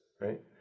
right